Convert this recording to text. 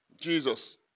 Jesus